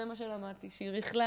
זה מה שלמדתי, שהיא ריכלה,